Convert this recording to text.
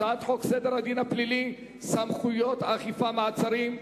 הצעת חוק סדר הדין הפלילי (סמכויות אכיפה, מעצרים)